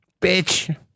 Bitch